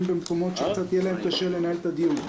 במקומות שמהם יהיה להם קשה לנהל את הדיון.